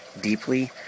deeply